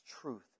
truth